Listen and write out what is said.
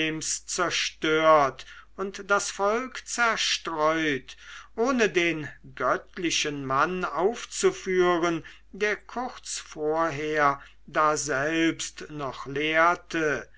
zerstört und das volk zerstreut ohne den göttlichen mann aufzuführen der kurz vorher daselbst noch lehrte